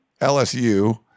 LSU